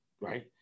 right